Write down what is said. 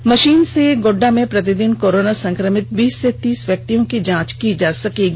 इस मशीन से गोड्डा में प्रतिदिन कोरोना संक्रमित बीस से तीस व्यक्तियों की जांच की जा सकेगी